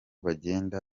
bagenda